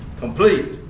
Complete